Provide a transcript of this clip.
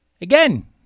again